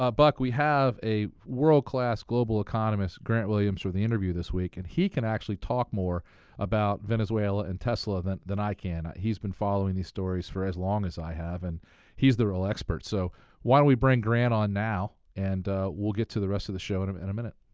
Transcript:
ah buck, we have a world-class global economist, grant williams, for the interview this week. and he can actually talk more about venezuela and tesla than than i can. he's been following these stories for as long as i have. and he's the real expert, so why don't we bring grant on now and we'll get to the rest of the show in a and minute.